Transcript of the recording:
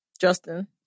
Justin